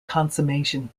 consummation